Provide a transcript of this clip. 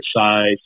size